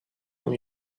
from